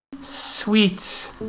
sweet